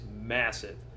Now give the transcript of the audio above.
massive